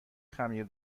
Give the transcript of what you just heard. خمیر